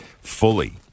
fully